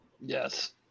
Yes